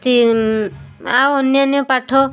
ଆଉ ଅନ୍ୟାନ୍ୟ ପାଠ